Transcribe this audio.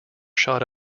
shot